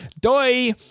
Doi